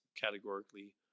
categorically